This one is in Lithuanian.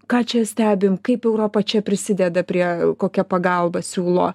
ką čia stebim kaip europa čia prisideda prie kokią pagalbą siūlo